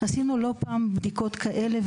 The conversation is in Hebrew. עשינו לא פעם בדיקות כאלה,